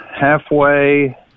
halfway